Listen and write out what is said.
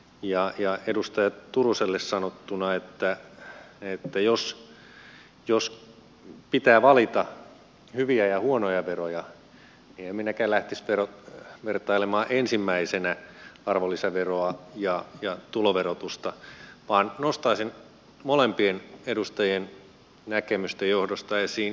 ja edustaja turuselle sanottuna että jos pitää valita hyviä ja huonoja veroja niin en minäkään lähtisi vertailemaan ensimmäisenä arvonlisäveroa ja tuloverotusta vaan nostaisin molempien edustajien näkemysten johdosta esiin kiinteistöveron